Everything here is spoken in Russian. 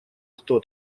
кто